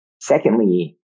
Secondly